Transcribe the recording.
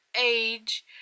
age